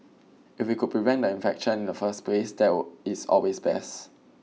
if we could prevent the infection in the first place that is always best